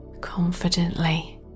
confidently